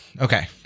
okay